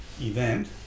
event